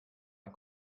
ein